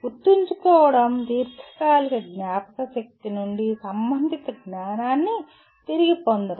గుర్తుంచుకోవడం దీర్ఘకాలిక జ్ఞాపకశక్తి నుండి సంబంధిత జ్ఞానాన్ని తిరిగి పొందడం